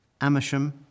Amersham